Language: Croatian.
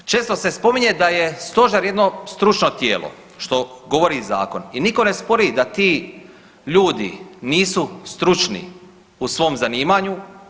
Često se spominje da je Stožer jedno stručno tijelo što govori zakon i nitko ne spori da ti ljudi nisu stručni u svom zanimanju.